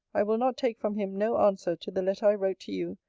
i will not take from him no answer to the letter i wrote to you,